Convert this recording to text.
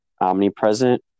omnipresent